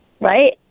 right